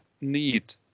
need